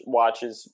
watches